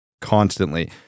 constantly